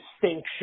distinction